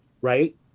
right